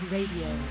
Radio